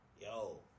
Yo